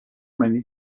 many